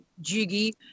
Jiggy